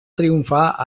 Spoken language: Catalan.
triomfar